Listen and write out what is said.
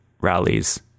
rallies